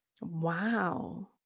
Wow